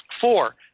Four